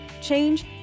change